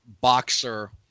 boxer